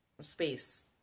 space